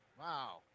Wow